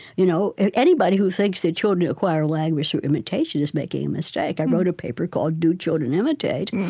you know anybody who thinks that children acquire language through imitation is making a mistake i wrote a paper called, do children imitate?